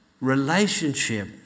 relationship